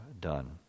done